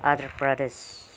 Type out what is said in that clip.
Andhra Pradesh